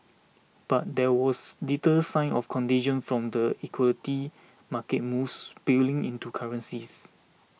but there was little sign of contagion from the equity market moves spilling into currencies